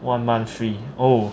one month free oh